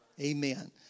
Amen